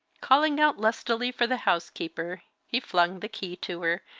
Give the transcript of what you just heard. calling out lustily for the housekeeper, he flung the key to her,